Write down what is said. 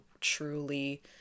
truly